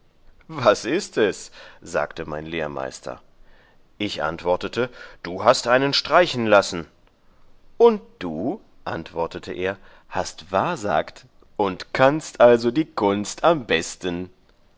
was ist es sagte mein lehrmeister ich antwortete du hast einen streichen lassen und du antwortete er hast wahrgesagt und kannst also die kunst am besten